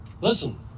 Listen